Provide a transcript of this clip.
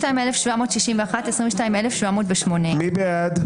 22,781 עד 22,800. מי בעד?